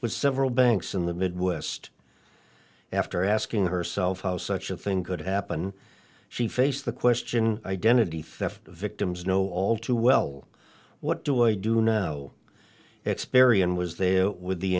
with several banks in the midwest after asking herself how such a thing could happen she faced the question identity theft victims know all too well what do i do now experian was there with the